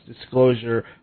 disclosure